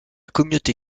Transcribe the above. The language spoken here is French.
communauté